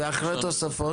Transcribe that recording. ואחרי התוספות?